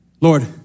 Lord